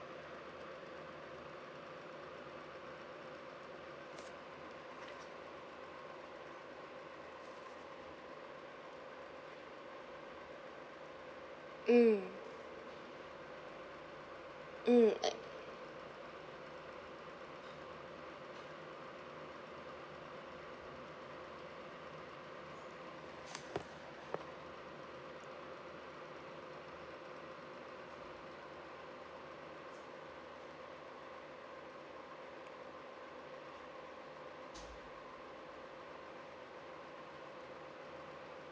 mm mm